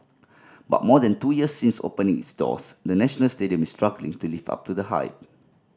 but more than two years since opening its doors the National Stadium is struggling to live up to the hype